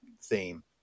theme